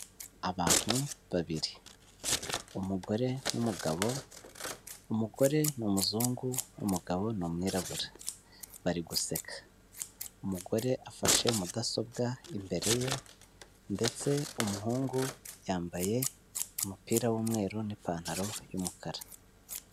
Abantu babiri. Umugore n'umugabo, umugore ni umuzungu, umugabo ni umwirabura, bari guseka. Umugore afashe mudasobwa imbere ye, ndetse umuhungu yambaye umupira w'umweru n'ipantaro y'umukara.